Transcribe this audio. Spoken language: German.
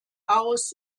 aus